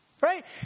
right